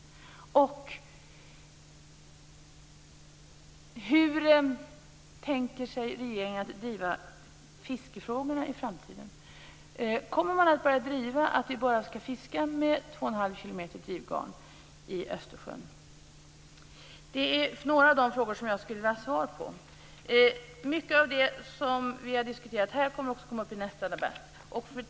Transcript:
Den andra frågan är: Hur tänker sig regeringen att driva fiskefrågorna i framtiden? Kommer man att börja driva att vi bara skall fiska med 2 1⁄2 kilometer drivgarn i Östersjön? Det är några av de frågor som jag skulle vilja ha svar på. Mycket av det som vi har diskuterat här kommer också upp i nästa debatt.